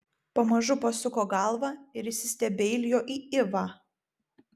pamažu pasuko galvą ir įsistebeilijo į ivą